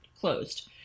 closed